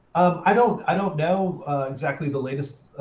um i don't i don't know exactly the latest.